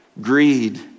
greed